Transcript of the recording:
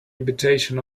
invitation